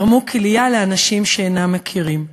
תרמו כליה לאנשים שאינם מכירים.